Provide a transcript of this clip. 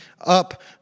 up